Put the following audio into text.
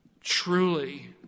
Truly